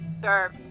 Sir